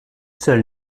seule